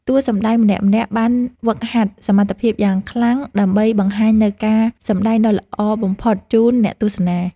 តួសម្តែងម្នាក់ៗបានហ្វឹកហាត់សមត្ថភាពយ៉ាងខ្លាំង ដើម្បីបង្ហាញនូវការសម្តែងដ៏ល្អបំផុតជូនអ្នកទស្សនា។